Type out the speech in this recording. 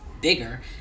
bigger